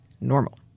normal